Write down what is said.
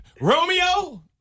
Romeo